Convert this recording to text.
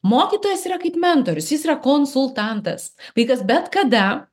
mokytojas yra kaip mentorius jis yra konsultantas vaikas bet kada